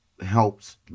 helps